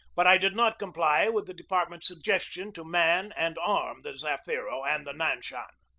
but i did not comply with the department's suggestion to man and arm the zafiro and the nanshan.